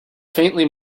faintly